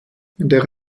der